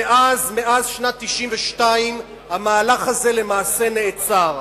מאז שנת 1992 המהלך הזה למעשה נעצר.